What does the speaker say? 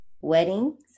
Weddings